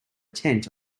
tent